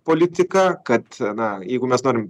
politika kad na jeigu mes norim